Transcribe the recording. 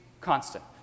constant